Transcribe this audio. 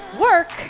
work